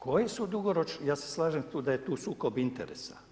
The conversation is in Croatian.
Koji su dugoročni, ja se slažem tu da je tu sukob interesa.